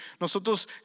Nosotros